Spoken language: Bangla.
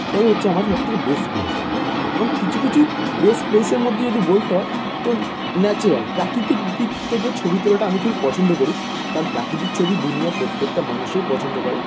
এটাই হচ্ছে আমার সব থেকে বেস প্লেস হবে এবং কিছু কিছু বেস প্লেসের মধ্যে যদি বলতে হয় তো ন্যাচরাল প্রাকৃতিক দিক থেকে ছবি তোলাটা আমি খুবই পছন্দ করি কারণ প্রাকিতিক ছবি দুনিয়ার প্রত্যেকটা মানুষই পছন্দ করে